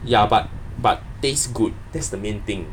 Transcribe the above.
ya but but taste good that's the main thing